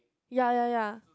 ya ya ya